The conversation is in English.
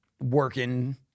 working